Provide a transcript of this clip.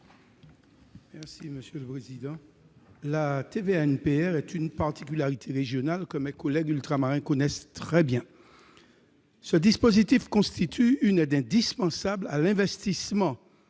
Antiste, sur l'article. La TVA NPR est une particularité régionale que mes collègues ultramarins connaissent très bien. Ce dispositif constitue une aide indispensable à l'investissement